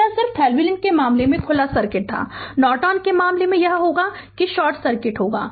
तो यह सिर्फ थेवेनिन के मामले में खुला सर्किट था नॉर्टन के मामले में यह होगा कि शॉर्ट सर्किट होगा